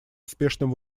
успешным